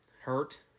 hurt